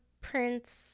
Prince